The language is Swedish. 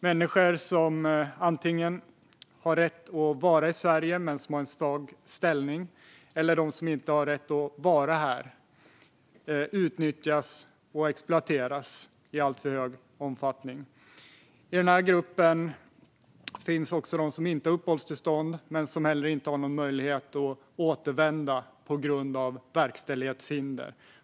Människor som har rätt att vara i Sverige men som har en svag ställning eller de som inte har rätt att vara här utnyttjas och exploateras i stor omfattning. I den här gruppen finns också de som inte har uppehållstillstånd men som heller inte har någon möjlighet att återvända på grund av verkställighetshinder.